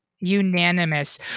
unanimous